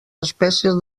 espècies